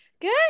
good